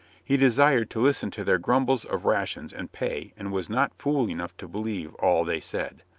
he desired to listen to their grumbles of rations and pay and was not fool enough to believe all they said.